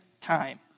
time